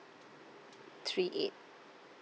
three eight